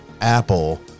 apple